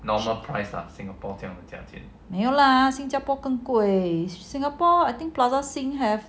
没有 lah 新加坡跟贵 singapore I think plaza sing have